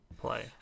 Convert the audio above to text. play